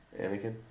Anakin